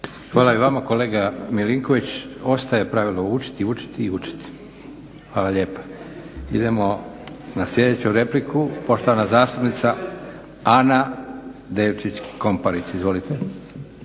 Hvala i vama kolega Milinković. Ostaje pravilo učiti, učiti i učiti. Hvala lijepa. Idemo na sljedeću repliku, poštovana zastupnica Ana Devčić Komparić. Izvolite.